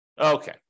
Okay